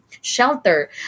shelter